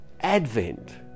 Advent